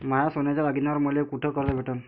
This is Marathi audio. माया सोन्याच्या दागिन्यांइवर मले कुठे कर्ज भेटन?